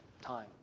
time